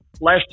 last